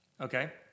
Okay